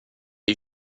les